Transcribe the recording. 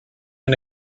and